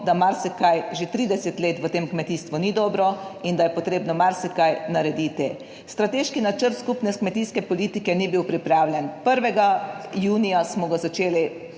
da marsikaj že 30 let v tem kmetijstvu ni dobro in da je potrebno marsikaj narediti. Strateški načrt skupne kmetijske politike ni bil pripravljen. 1. junija smo ga začeli